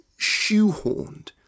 shoehorned